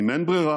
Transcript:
אם אין ברירה,